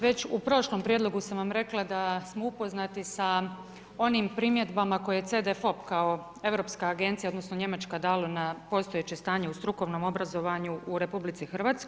Već u prošlom prijedlogu sam vam rekla da smo upoznati sa onim primjedbama koje CDFOB kao europska agencija, odnosno njemačka dalo na postojeće stanje u strukovnom obrazovanju u RH.